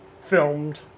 filmed